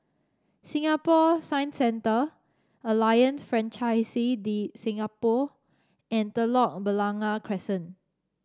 Singapore Science Centre Alliance Francaise de Singapour and Telok Blangah Crescent